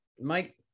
Mike